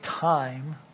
time